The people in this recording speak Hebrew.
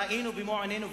ראינו במו עינינו,